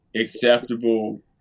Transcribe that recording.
acceptable